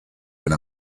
been